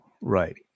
right